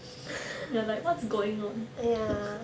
ya like what's going on